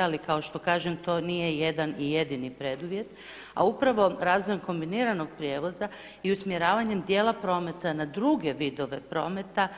Ali kao što kažem to nije jedan i jedini preduvjet, a upravo razvojem kombiniranog prijevoza i usmjeravanjem dijela prometa na druge vidove prometa